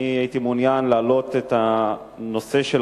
אני הייתי מעוניין לעלות את הנושא של